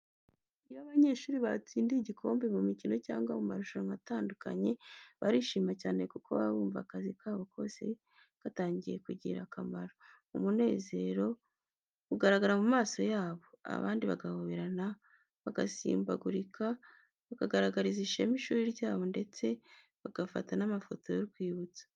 Iyo abanyeshuri batsindiye igikombe mu mikino cyangwa mu marushanwa atandukanye, barishima cyane kuko baba bumva akazi kabo kose gatangiye kugira akamaro. Umunezero ugaragara mu maso yabo, abandi bagahoberana, bagasimbagurika, bakagaragariza ishema ishuri ryabo ndetse bagafata n’amafoto y’urwibutso.